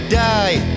die